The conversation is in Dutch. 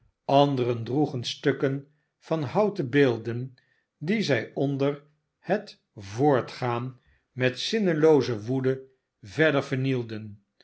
anderen droegen stukken van houten beelden die zij onder het voortgaan met zinnelooze woede verder vernielden